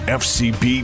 fcb